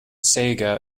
sega